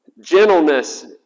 Gentleness